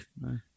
no